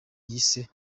yise